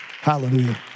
Hallelujah